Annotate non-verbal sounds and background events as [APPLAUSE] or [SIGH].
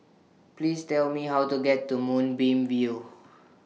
Please Tell Me How to get to Moonbeam View [NOISE]